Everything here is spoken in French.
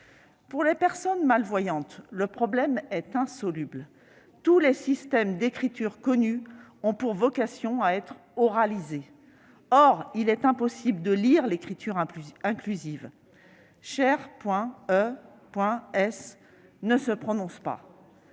Pour les personnes malvoyantes, le problème est insoluble : tous les systèmes d'écriture connus ont vocation à être oralisés. Or il est impossible de lire l'écriture inclusive :« cher.e.s » ne se prononce pas.